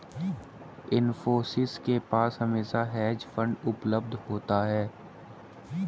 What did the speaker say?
इन्फोसिस के पास हमेशा हेज फंड उपलब्ध होता है